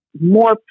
more